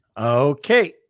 okay